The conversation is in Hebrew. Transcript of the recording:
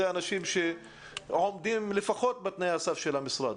אלה אנשים שעומדים לפחות בתנאי הסף של המשרד.